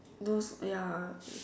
those ya